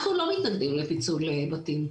אנחנו לא מתנגדים לפיצול בתים.